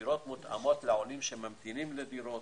שמותאמות לעולים שממתינים לדירות.